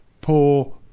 poor